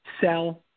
sell